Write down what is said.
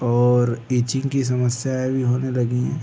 और इचिंग की समस्याएं भी होने लगी है